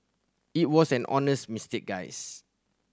it was an honest mistake guys